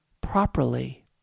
properly